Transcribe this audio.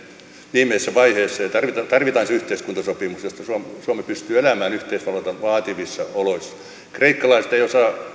viimeisessä vaiheessa ja tarvitaan se tarvitaan se yhteiskuntasopimus jotta suomi pystyy elämään yhteisvaluutan vaativissa oloissa kreikkalaiset eivät osaa